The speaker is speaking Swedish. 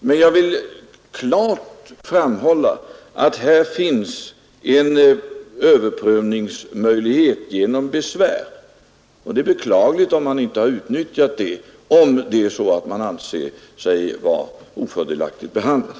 Men jag vill klart framhålla att här finns en överprövningsmöjlighet genom besvär, och det är beklagligt, om man inte har utnyttjat det, om det är så att man anser sig vara ofördelaktigt behandlad.